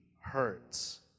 hurts